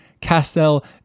Castel